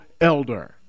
elder